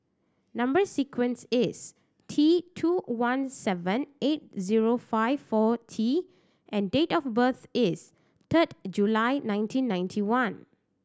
number sequence is T two one seven eight zero five four T and date of birth is third July nineteen ninety one